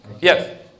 Yes